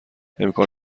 امکان